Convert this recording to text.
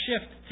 shift